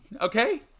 okay